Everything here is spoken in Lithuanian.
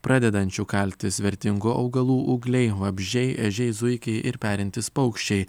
pradedančių kaltis vertingų augalų ūgliai vabzdžiai ežiai zuikiai ir perintys paukščiai